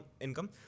income